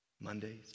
Mondays